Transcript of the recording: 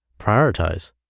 prioritize